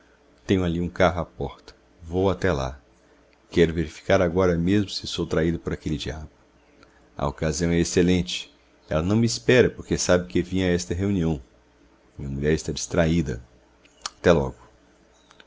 tenho aí um carro à porta vou até lá quero verificar agora mesmo se sou traído por aquele diabo a ocasião e excelente ela não me espera porque sabe que vim a esta reunião minha mulher está distraída até logo